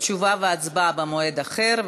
תשובה והצבעה במועד אחר.